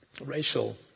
racial